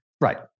Right